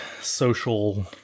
social